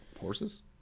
Horses